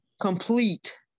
complete